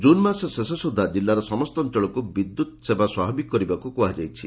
June ମାସ ଶେଷ ସୁଦ୍ଧା ଜିଲ୍ଲାର ସମସ୍ତ ଅଞ୍ଞଳକୁ ବିଦ୍ୟୁତ୍ ସେବା ସ୍ୱାଭାବିକ କରିବାକୁ କୁହାଯାଇଛି